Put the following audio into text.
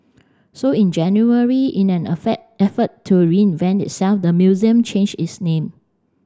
so in January in an effort to reinvent itself the museum changed its name